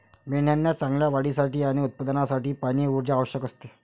मेंढ्यांना चांगल्या वाढीसाठी आणि उत्पादनासाठी पाणी, ऊर्जा आवश्यक असते